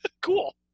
Cool